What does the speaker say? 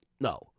no